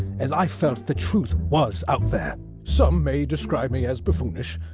as i felt the truth was out there. some may describe me as buffoonish,